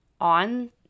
on